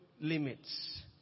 limits